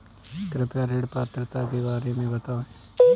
कृपया ऋण पात्रता के बारे में बताएँ?